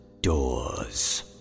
Doors